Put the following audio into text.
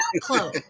close